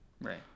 Right